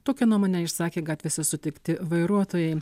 tokią nuomonę išsakė gatvėse sutikti vairuotojai